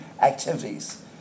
activities